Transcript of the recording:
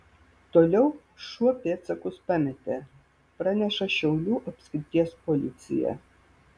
toliau šuo pėdsakus pametė praneša šiaulių apskrities policija